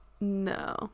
no